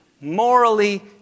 morally